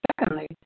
secondly